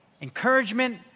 encouragement